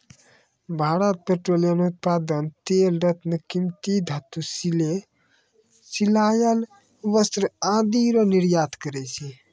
Bharat petroleum उत्पाद तेल रत्न कीमती धातु सिले सिलायल वस्त्र आदि रो निर्यात करै छै